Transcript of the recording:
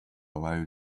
loud